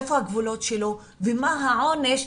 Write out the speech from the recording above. איפה הגבולות שלו ומה העונש,